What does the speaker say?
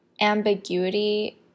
ambiguity